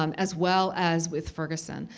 um as well as with ferguson.